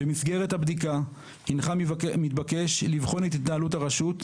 במסגרת הבדיקה הנך מתבקש לבחון את התנהלות הרשות,